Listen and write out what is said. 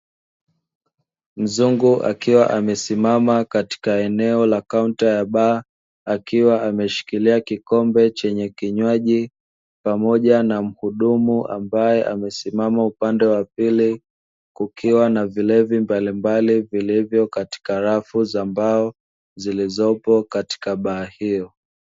Mzungu akiwa amesimama katika eneo la kaunta ya baa, akiwa ameshikilia kikombe chenye kinywaji, pamoja na muhudumu ambaye amesimama upande wa pili, kukiwa na vilevi mbalimbali vilivyo katika rafu za mbao zilizopo katika baa hiyo.